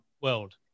world